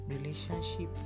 relationship